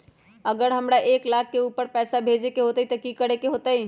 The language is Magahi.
अगर हमरा एक लाख से ऊपर पैसा भेजे के होतई त की करेके होतय?